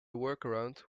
workaround